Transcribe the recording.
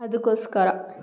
ಅದಕ್ಕೋಸ್ಕರ